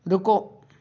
ਰੁਕੋ